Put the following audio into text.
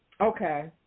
Okay